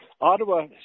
Ottawa